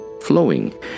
flowing